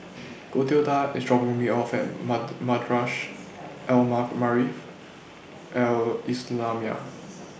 Clotilda IS dropping Me off At Madrasah Al Maarif Al Islamiah